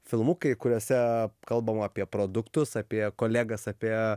filmukai kuriuose kalbam apie produktus apie kolegas apie